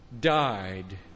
died